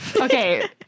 Okay